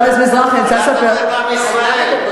זו תוכנית, עם ישראל.